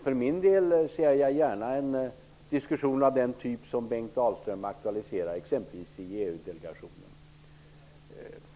För min del ser jag gärna en diskussion av den typ som Bengt Dalström aktualiserar, t.ex. i EU-delegationen.